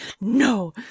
no